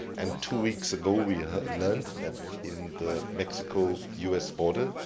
and two weeks ago we learned that in the mexico u s. border,